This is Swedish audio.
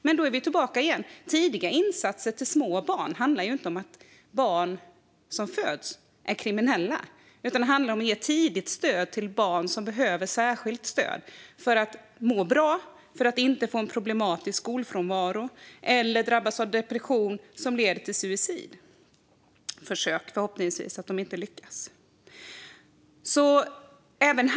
Men då är vi tillbaka igen: Tidiga insatser till små barn handlar ju inte om att barn som föds är kriminella, utan det handlar om att ge tidigt stöd till barn som behöver särskilt stöd för att de ska må bra och inte få problematisk skolfrånvaro eller drabbas depression som leder till suicid. Eller suicidförsök - förhoppningsvis lyckas de inte.